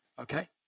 Okay